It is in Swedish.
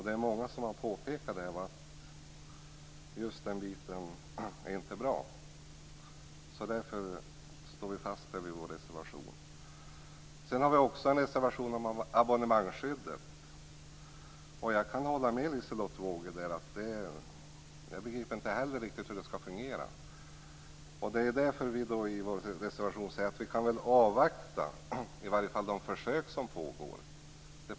Det är många som har påpekat att just den delen inte är bra. Därför står vi fast vid vår reservation. Sedan har vi en reservation om abonnemangsskyddet. Jag kan hålla med Liselotte Wågö där. Jag begriper inte heller riktigt hur det skall fungera. Det är därför som vi i reservationen säger att man borde avvakta i varje fall de försök som pågår.